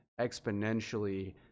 exponentially